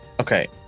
Okay